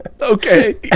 Okay